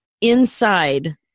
inside